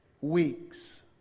weeks